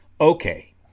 Okay